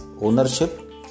ownership